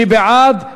מי בעד?